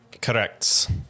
Correct